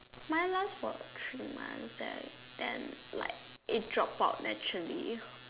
mine last for three months that then like it dropped out naturally